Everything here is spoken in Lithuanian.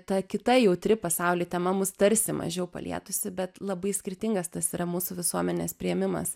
ta kita jautri pasauly tema mus tarsi mažiau palietusi bet labai skirtingas tas yra mūsų visuomenės priėmimas